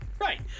right